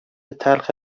تلخ